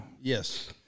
Yes